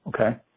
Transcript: Okay